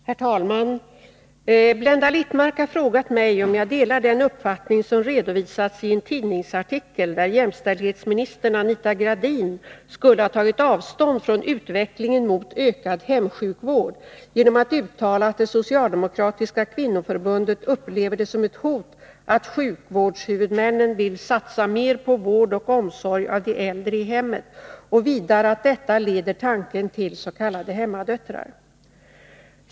Herr talman! Blenda Littmarck har frågat mig om jag delar den uppfattning som redovisats i en tidningsartikel där jämställdhetsministern Anita Gradin skulle ha tagit avstånd från utvecklingen mot ökad hemsjukvård genom att uttala att det socialdemokratiska kvinnoförbundet upplever det som ett hot att sjukvårdshuvudmännen vill satsa mer på vård och omsorg av de äldre i hemmet, och vidare att detta leder tanken till s.k. hemmadöttrar.